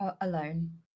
alone